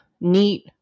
neat